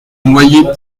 noyers